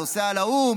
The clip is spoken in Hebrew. נוסע לאו"ם,